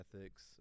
ethics